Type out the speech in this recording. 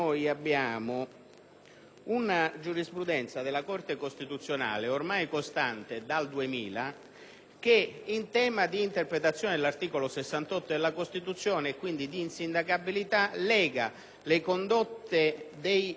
una giurisprudenza della Corte costituzionale, ormai costante dal 2000, che in tema di interpretazione dell'articolo 68 della Costituzione sull'insindacabilità lega le condotte che i parlamentari